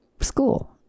school